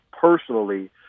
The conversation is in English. personally